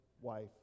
wife